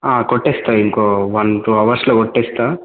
ఆ కొట్టేస్తా ఇంకో వన్ టూ అవర్స్లో కొట్టేస్తా